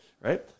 right